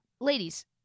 Ladies